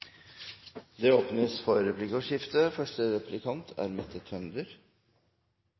Det åpnes for replikkordskifte.